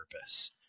purpose